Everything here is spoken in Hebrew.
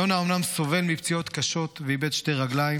יונה אומנם סובל מפציעות קשות ואיבד שתי רגליים,